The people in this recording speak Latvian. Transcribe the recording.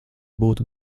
būtu